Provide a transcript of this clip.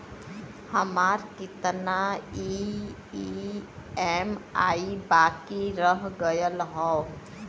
हमार कितना ई ई.एम.आई बाकी रह गइल हौ?